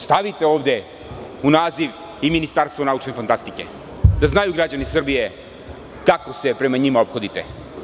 Stavite ovde u naziv i „Ministarstvo naučne fantastike“, da znaju građani Srbije kako se prema njima ophodite.